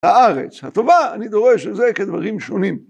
הארץ הטובה אני דורש לזה כדברים שונים